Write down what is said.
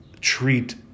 treat